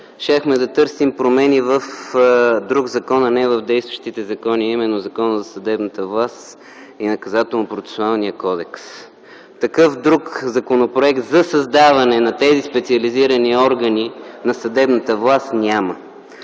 щяхме да търсим промени в друг закон, а не в действащите закони, а именно Законът за съдебната власт и Наказателно-процесуалния кодекс. Такъв друг законопроект за създаване на тези специализирани органи на съдебната власт няма.